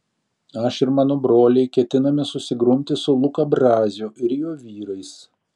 aš ir mano broliai ketiname susigrumti su luka braziu ir jo vyrais